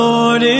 Lord